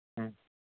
ಹ್ಞೂ